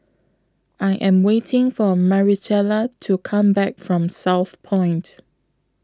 I Am waiting For Maricela to Come Back from Southpoint